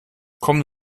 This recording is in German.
kommen